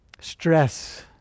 stress